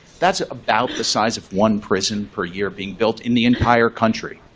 that's about the size of one prison per year being built in the entire country.